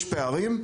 יש פערים,